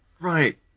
Right